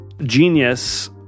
genius